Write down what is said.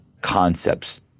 concepts